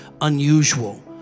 unusual